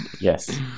Yes